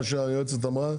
מה שהיועצת המשפטית אמרה?